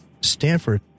Stanford